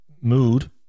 mood